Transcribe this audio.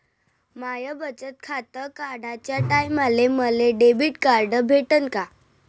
माय बचत खातं काढाच्या टायमाले मले डेबिट कार्ड भेटन का?